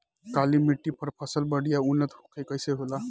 काली मिट्टी पर फसल बढ़िया उन्नत कैसे होला?